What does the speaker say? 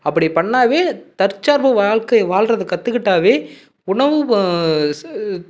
அப்படி பண்ணாலே தற்சார்பு வாழ்க்கை வாழ்றதுக் கத்துக்கிட்டாலே உணவு வ ச